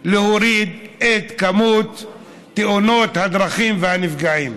להוריד את מספר תאונות הדרכים והנפגעים.